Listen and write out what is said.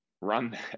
run